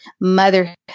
motherhood